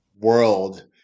world